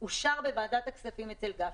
אושרו בוועדת הכספים אצל גפני,